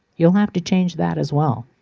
you'll have to change that as well.